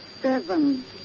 Seven